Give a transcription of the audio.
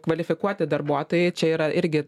kvalifikuoti darbuotojai čia yra irgi